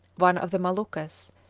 one of the moluccas,